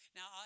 Now